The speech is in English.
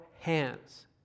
hands